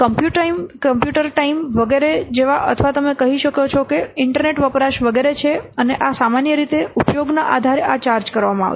computer time વગેરે જેવા અથવા તમે કહી શકો છો કે ઇન્ટરનેટ વપરાશ વગેરે છે અને આ સામાન્ય રીતે ઉપયોગના આધારે આ ચાર્જ કરવામાં આવશે